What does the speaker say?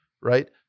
right